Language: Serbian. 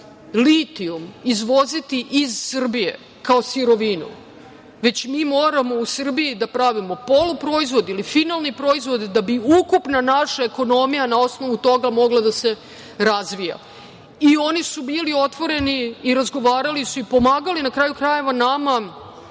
litijum izvoziti iz Srbije kao sirovinu već mi moramo u Srbiji da pravimo polu proizvod ili finalni proizvod da bi ukupna naša ekonomija na osnovu toga mogla da se razvija. Oni su bili otvoreni i razgovarali su i pomagali, na kraju krajeva, nama